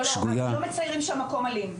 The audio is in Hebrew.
לא, לא מציירים שהמקום אלים.